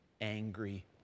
angry